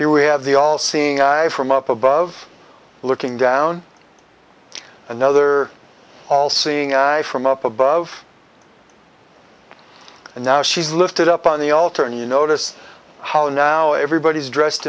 here we have the all seeing eye from up above looking down another all seeing from up above and now she's lifted up on the altar and you notice how now everybody's dressed